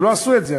לא עשו את זה,